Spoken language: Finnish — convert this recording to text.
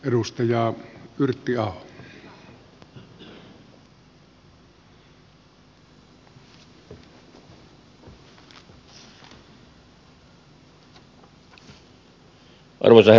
arvoisa herra puhemies